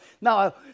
Now